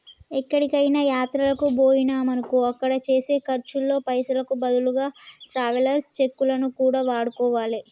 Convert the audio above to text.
ఎక్కడికైనా యాత్రలకు బొయ్యినమనుకో అక్కడ చేసే ఖర్చుల్లో పైసలకు బదులుగా ట్రావెలర్స్ చెక్కులను కూడా వాడుకోవాలే